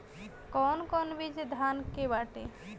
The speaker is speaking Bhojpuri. कौन कौन बिज धान के बाटे?